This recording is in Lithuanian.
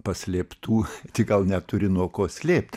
paslėptų tik gal neturi nuo ko slėpti